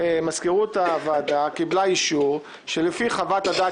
מזכירות הוועדה קיבלה אישור שלפי חוות הדעת